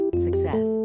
success